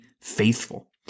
faithful